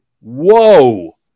Whoa